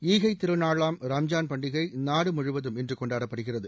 ஈகை திருநாளாம் ரம்ஜான் பண்டிகை நாடு முழுவதும் இன்று கொண்டாடப்படுகிறது